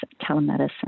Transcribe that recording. telemedicine